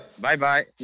Bye-bye